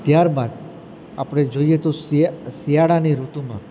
ત્યારબાદ આપણે જોઈએ તો શિયાળાની ઋતુમાં